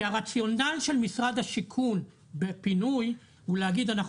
כי הרציונל של משרד השיכון בפינוי הוא להגיד אנחנו